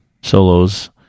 solos